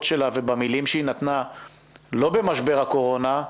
שלה ובמילים שהיא אמרה לא במשבר הקורונה,